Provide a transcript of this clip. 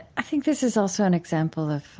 i think this is also an example of